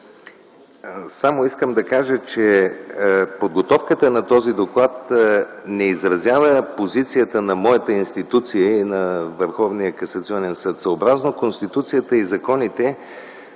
Само искам да кажа, че подготовката на този доклад не изразява позицията на моята институция и на Върховния касационен съд. Съобразно Конституцията и законите